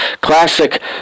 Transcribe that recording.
classic